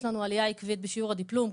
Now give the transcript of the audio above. יש לנו עלייה עקבית בשיעור הדפלום,